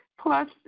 Plus